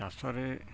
ଚାଷରେ